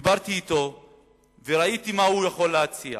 דיברתי אתו וראיתי מה הוא יכול להציע.